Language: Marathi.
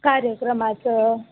कार्यक्रमाचं